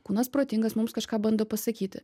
kūnas protingas mums kažką bando pasakyti